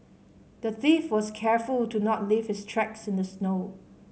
the thief was careful to not leave his tracks in the snow